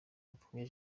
abapfobya